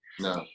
No